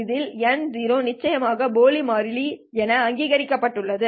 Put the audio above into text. இதில் n0 நிச்சயமாக போலி மாறி என அங்கீகரிக்கப்பட்டுள்ளது